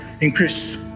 increase